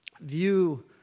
view